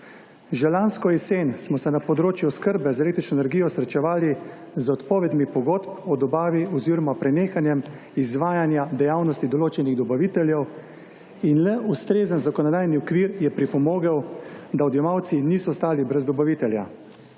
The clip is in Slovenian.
Že lansko jesen smo se na področju oskrbe z električno energijo srečevali z odpovedmi pogodb o dobavi oziroma prenehanju izvajanja dejavnosti določenih dobaviteljev in le ustrezen zakonodajni okvir je pripomogel, da odjemalci niso ostali brez dobavitelja.